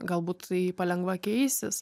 galbūt tai palengva keisis